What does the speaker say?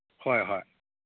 ꯍꯣꯏ ꯍꯣꯏ